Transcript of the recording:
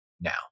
now